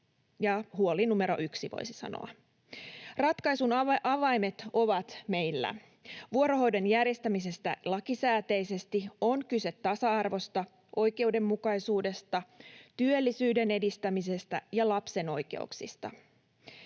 huoli numero yksi. Ratkaisun avaimet ovat meillä. Vuorohoidon järjestämisessä lakisääteisesti on kyse tasa-arvosta, oikeudenmukaisuudesta, työllisyyden edistämisestä ja lapsen oikeuksista.